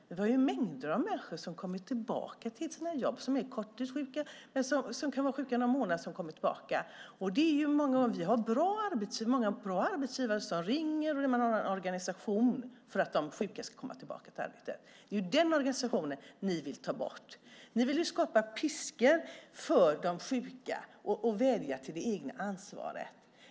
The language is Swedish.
Men det är mängder av människor som är korttidssjuka eller som är sjuka någon månad och som kommer tillbaka till sina jobb. Vi har många bra arbetsgivare som ringer, och de har en organisation för att de sjuka ska komma tillbaka till arbetet. Det är den organisationen som ni vill ta bort. Ni vill skapa piskor för de sjuka och vädja till deras eget ansvar.